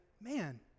man